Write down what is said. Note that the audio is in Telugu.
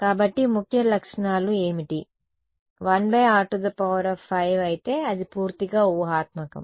కాబట్టి ముఖ్య లక్షణాలు ఏమిటి 1r5 అయితే అది పూర్తిగా ఊహాత్మకo